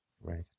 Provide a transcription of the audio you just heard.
Right